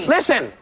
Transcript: Listen